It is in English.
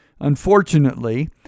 Unfortunately